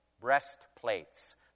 breastplates